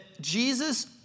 Jesus